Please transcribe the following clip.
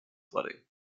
flooding